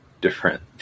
different